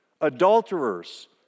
adulterers